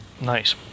Nice